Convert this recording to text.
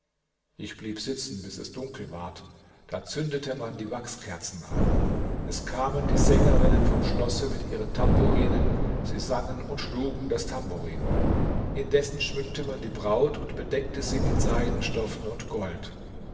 ich blieb sitzen bis es dunkel ward da zündete man die wachskerzen an es kamen die sängerinnen vom schlosse mit ihren tamburinen sie sangen und schlugen das tamburin indessen schmückte man die braut und bedeckte sie mit seidenstoffen und gold